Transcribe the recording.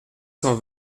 cent